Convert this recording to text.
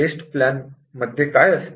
taste plan मध्ये काय असते